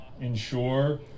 ensure